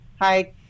Hi